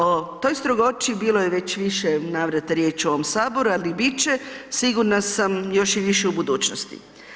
O toj strogoći bilo je već u više navrata riječi u ovom saboru, ali i bit će sigurna sam još i više u budućnosti.